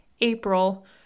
April